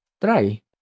try